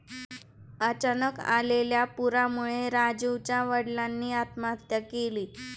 अचानक आलेल्या पुरामुळे राजीवच्या वडिलांनी आत्महत्या केली